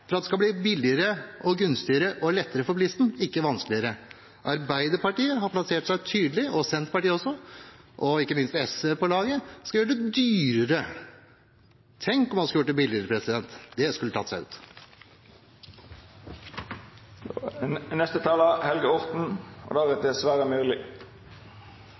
for at det skal bli billigere, gunstigere og lettere for bilisten, ikke vanskeligere. Arbeiderpartiet har plassert seg tydelig, Senterpartiet også, og ikke minst SV på laget skal gjøre det dyrere. Tenk om man skulle gjort det billigere – det skulle tatt seg ut!